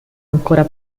ancora